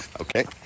okay